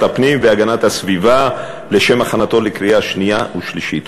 הפנים והגנת הסביבה לשם הכנתו לקריאה שנייה ושלישית.